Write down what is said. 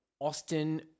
Austin